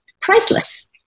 priceless